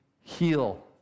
heal